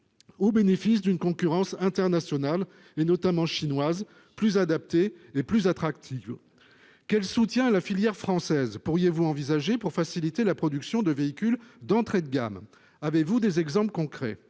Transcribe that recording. Au bénéfice d'une concurrence internationale et notamment chinoise plus adapté et plus attractive. Qu'elle soutient la filière française. Pourriez-vous envisager pour faciliter la production de véhicules d'entrée de gamme. Avez-vous des exemples concrets